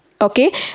okay